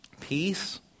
Peace